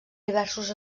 diversos